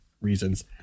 reasons